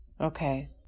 okay